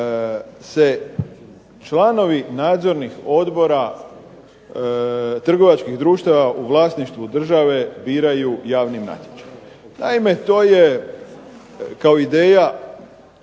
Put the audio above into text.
se članovi nadzornih odbora trgovačkih društva u vlasništvu države biraju javnim natječajem. Naime, to je kao ideja